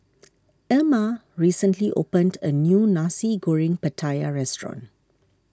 Erma recently opened a new Nasi Goreng Pattaya restaurant